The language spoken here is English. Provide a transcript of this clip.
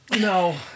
No